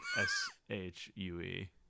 S-H-U-E